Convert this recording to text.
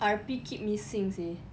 R_P keep missing seh